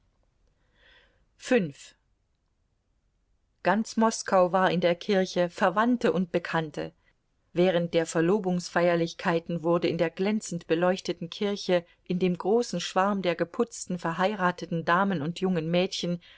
ganz moskau war in der kirche verwandte und bekannte während der verlobungsfeierlichkeiten wurde in der glänzend beleuchteten kirche in dem großen schwarm der geputzten verheirateten damen und jungen mädchen